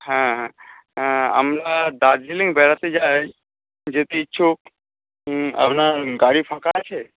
হ্যাঁ আমরা দার্জিলিং বেড়াতে যাই যেতে ইচ্ছুক আপনার গাড়ি ফাঁকা আছে